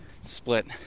split